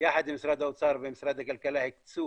יחד עם משרד האוצר ומשרד הכלכלה הקצו